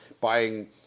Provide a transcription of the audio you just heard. buying